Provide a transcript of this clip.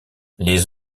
les